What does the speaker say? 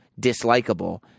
dislikable